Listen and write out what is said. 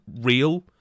real